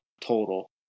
total